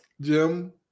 Jim